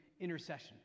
intercession